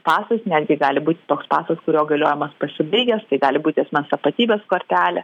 pasas netgi gali būti toks pasas kurio galiojimas pasibaigęs tai gali būti asmens tapatybės kortelė